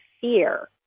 fear